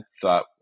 thought